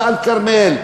ועל כרמיאל.